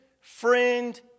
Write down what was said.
friend